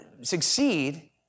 succeed